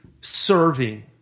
serving